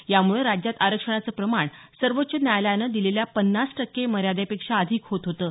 यामुळे राज्यात आरक्षणाचं प्रमाण सर्वोच्च न्यायालयानं दिलेल्या पन्नास टक्के मर्यादेपेक्षा अधिक होत होतं